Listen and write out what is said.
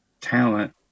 talent